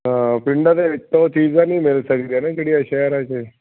ਹਾਂ ਪਿੰਡਾਂ ਦੇ ਵਿੱਚ ਤਾਂ ਉਹ ਚੀਜ਼ਾਂ ਨਹੀਂ ਮਿਲ ਸਕਦੀਆਂ ਜਿਹੜੀਆਂ ਸ਼ਹਿਰਾਂ 'ਚ